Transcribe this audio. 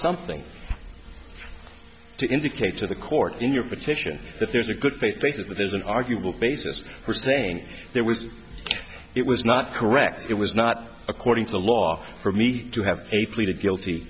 something to indicate to the court in your petition that there's a good faith basis that there's an arguable basis for saying there was it was not correct it was not according to the law for me to have a pleaded guilty